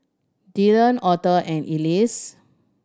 Dylan Auther and Elie